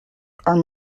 are